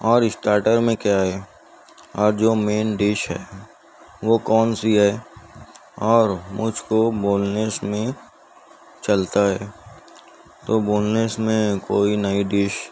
اور اسٹارٹر میں کیا ہے اور جو مین ڈش ہے وہ کون سی ہے اور مجھ کو بون لیس میں چلتا ہے تو بون لیس میں کوئی نئی ڈش